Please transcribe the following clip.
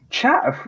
chat